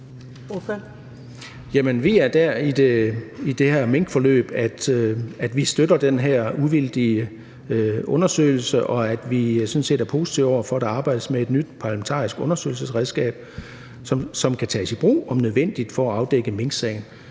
Vi er der i det her minkforløb, at vi støtter den her uvildige undersøgelse, og at vi sådan set er positive over for, at der arbejdes med et nyt parlamentarisk undersøgelsesredskab, som kan tages i brug, om nødvendigt, for at afdække minksagen.